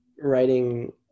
writing